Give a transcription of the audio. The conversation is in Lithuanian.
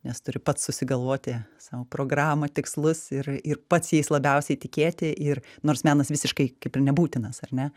nes turi pats susigalvoti sau programą tikslus ir ir pats jais labiausiai tikėti ir nors menas visiškai kaip ir nebūtinas ar ne